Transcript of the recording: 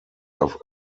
auf